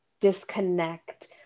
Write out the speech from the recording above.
disconnect